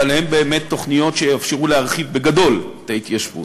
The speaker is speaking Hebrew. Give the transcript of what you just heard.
אבל הן באמת תוכניות שיאפשרו להרחיב בגדול את ההתיישבות.